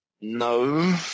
No